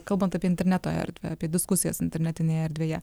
kalbant apie interneto erdvę apie diskusijas internetinėje erdvėje